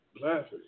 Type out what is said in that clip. laughing